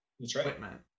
equipment